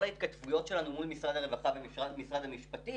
ההתכתבויות שלנו מול משרד הרווחה ומשרד המשפטים.